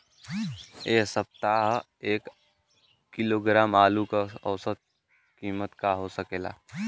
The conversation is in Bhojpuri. एह सप्ताह एक किलोग्राम आलू क औसत कीमत का हो सकेला?